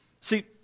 See